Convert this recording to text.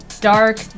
Dark